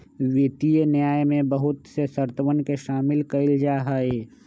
वित्तीय न्याय में बहुत से शर्तवन के शामिल कइल जाहई